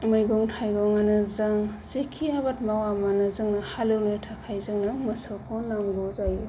मैगं थाइगंआनो जा जेखि आबाद मावा मानो जोङो हालेवनो थाखाय जोंनो मोसौखौ नांगौ जायो